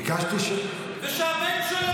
ביקשתי --- ושהבן שלו,